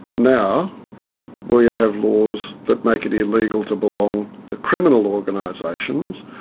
now we have laws that make it illegal to belong to criminal organisations,